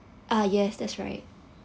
ah yes that's right